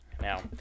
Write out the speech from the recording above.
Now